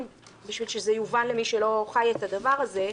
בשביל שזה יובן למי שלא חי את הדבר הזה.